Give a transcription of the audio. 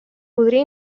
podria